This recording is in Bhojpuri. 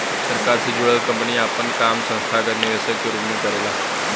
सरकार से जुड़ल कंपनी आपन काम संस्थागत निवेशक के रूप में काम करेला